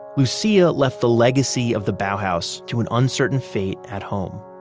lucia left the legacy of the bauhaus to an uncertain fate at home